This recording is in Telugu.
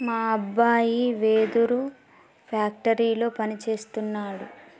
మా అబ్బాయి వెదురు ఫ్యాక్టరీలో పని సేస్తున్నాడు